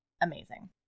amazing